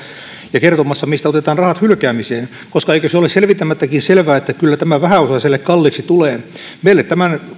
ja kertomassa mistä otetaan rahat hylkäämiseen koska eikö se ole selvittämättäkin selvää että kyllä tämä vähäosaiselle kalliiksi tulee meille tämän